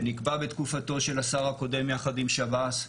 שנקבע בתקופתו של השר הקודם יחד עם שב"ס.